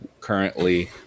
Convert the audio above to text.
currently